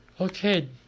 Okay